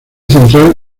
central